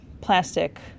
plastic